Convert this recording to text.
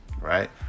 right